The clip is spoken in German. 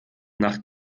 nach